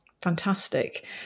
fantastic